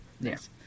Yes